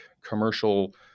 commercial